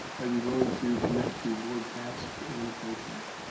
are you willing to commit to board tasks and functions?